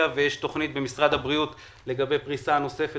ויש תכנית במשרד הבריאות לגבי פריסה נוספת